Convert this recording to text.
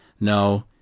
No